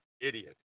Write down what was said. idiot